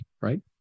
right